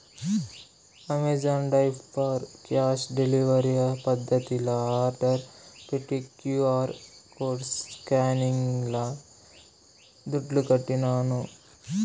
Amazon diaper cash delivery పద్దతిల order పెట్టి QR code స్కానింగ్ల దుడ్లుకట్టినాను